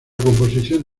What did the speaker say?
composición